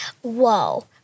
Whoa